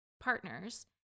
partners